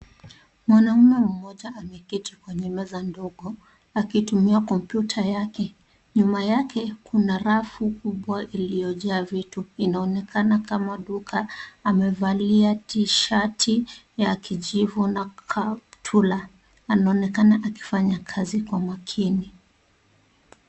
Mwanaume mmoja ameketi kwenye meza ndogo akitumia kompyuta yake. Nyuma yake, kuna rafu kubwa iliyojaa vitu. Inaonekana kama duka. Amevalia t-shirt ya kijivu na kaptula. Anaonekana akifanya kazi kwa makini.